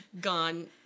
gone